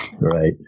Right